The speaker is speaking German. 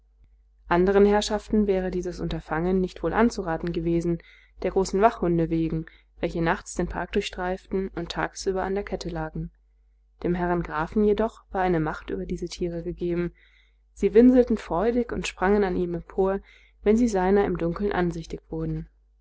anderen herrschaften wäre dieses unterfangen nicht wohl anzuraten gewesen der großen wachhunde wegen welche nachts den park durchstreiften und tagsüber an der kette lagen dem herrn grafen jedoch war eine macht über diese tiere gegeben sie winselten freudig und sprangen an ihm empor wenn sie seiner im dunkeln ansichtig wurden